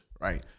right